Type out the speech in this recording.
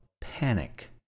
panic